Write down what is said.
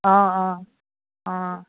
অঁ অঁ অঁ